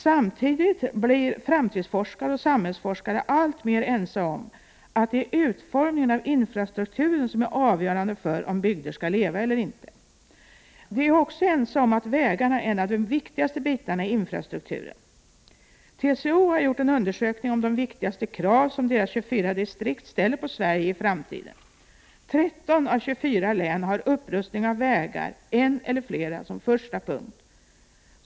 Samtidigt blir framtidsforskare och samhällsforskare alltmer ense om att det är utformningen av infrastrukturen som är avgörande för om bygder skall leva eller inte. De är också ense om att vägarna är en av de viktigaste delarna av infrastrukturen. TCO har gjort en undersökning om de viktigaste krav som deras 24 distrikt ställer på Sverige i framtiden. 13 av 24 län har upprustning av vägar, en eller flera, som första punkt.